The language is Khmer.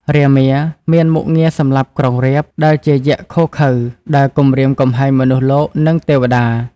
រាមា មានមុខងារសម្លាប់ក្រុងរាពណ៍ ដែលជាយក្សឃោរឃៅ ដើរគំរាមគំហែងមនុស្សលោក និងទេវតា។